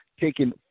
taking